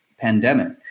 pandemic